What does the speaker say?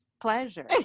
Pleasure